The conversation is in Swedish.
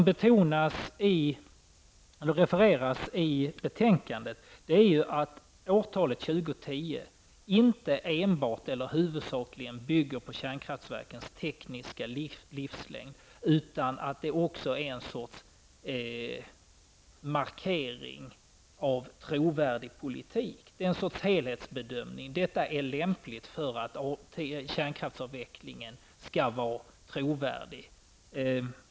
Det som refereras i betänkandet är att årtalet 2010 inte enbart, eller huvudsakligen, bygger på kärnkraftens tekniska livslängd, utan att det också är en sorts markering för en trovärdig politik. Det är en helthetsbedömning: Detta är lämpligt för att kärnkraftsavvecklingen skall vara trovärdig.